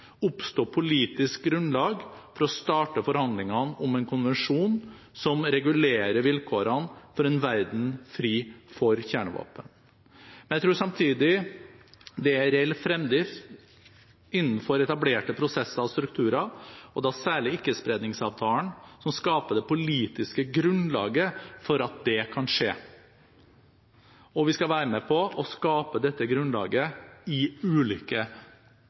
oppstå politisk grunnlag for å starte forhandlingene om en konvensjon som regulerer vilkårene for en verden fri for kjernevåpen. Jeg tror samtidig det er reell fremdrift innenfor etablerte prosesser og strukturer, og da særlig Ikkespredningsavtalen, som skaper det politiske grunnlaget for at det kan skje. Vi skal være med på å skape dette grunnlaget i ulike